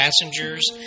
passengers